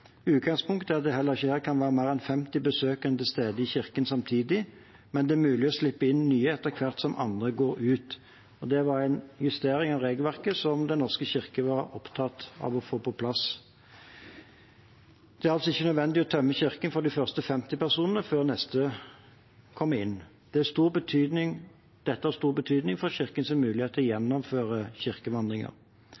Utgangspunktet er at det heller ikke her kan være mer enn 50 besøkende til stede i kirken samtidig, men det er mulig å slippe nye inn etter hvert som noen går ut. Det var en justering av regelverket som Den norske kirke var opptatt av å få på plass. Det er altså ikke nødvendig å tømme kirken for de første 50 personene før de neste kommer inn. Dette har stor betydning for kirkens mulighet til å